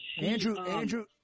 Andrew